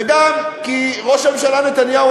וגם כי ראש הממשלה נתניהו,